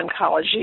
Oncology